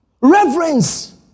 Reverence